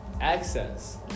access